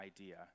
idea